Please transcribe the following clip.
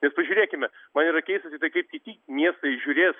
nes pažiūrėkime man yra keista tiktai kaip kiti miestai žiūrės